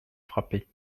frappé